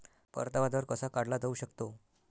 परतावा दर कसा काढला जाऊ शकतो?